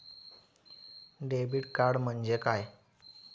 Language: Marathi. डेबिट कार्ड म्हणजे काय?